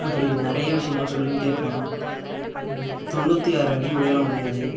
இப்படி நிறையா விஷயங்கள் சொல்லிகிட்டே போகலாம் தொண்ணூற்றி ஆறு அடி உயரம் உடையது